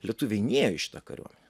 lietuviai nėjo į šitą kariuomenę